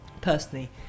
personally